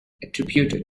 attributed